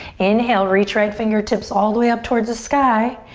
inhale, reach right fingertips all the way up towards the sky.